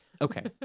Okay